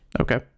Okay